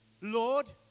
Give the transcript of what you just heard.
Lord